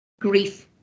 grief